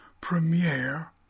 premiere